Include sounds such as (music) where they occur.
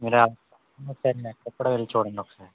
మీరు (unintelligible) వెళ్ళి చూడండి ఒకసారి